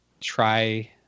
try